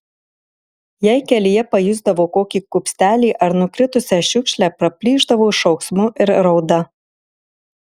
jei kelyje pajusdavo kokį kupstelį ar nukritusią šiukšlę praplyšdavo šauksmu ir rauda